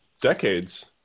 decades